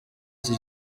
iki